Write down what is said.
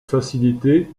faciliter